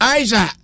Aisha